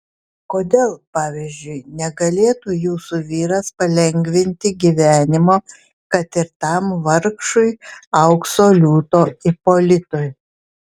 kodėl pavyzdžiui negalėtų jūsų vyras palengvinti gyvenimo kad ir tam vargšui aukso liūto ipolitui